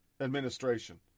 administration